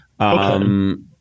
Okay